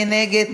מי נגד?